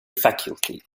faculty